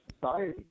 society